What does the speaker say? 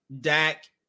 Dak